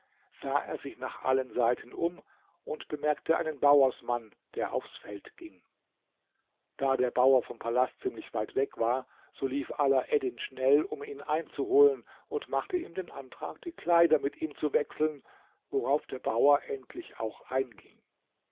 sah er sich nach allen seiten um und bemerkte einen bauersmann der aufs feld ging da der bauer vom palast ziemlich weit weg war so lief alaeddin schnell um ihn einzuholen und machte ihm den antrag die kleider mit ihm zu wechseln worauf der bauer endlich auch einging